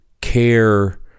care